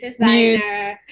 designer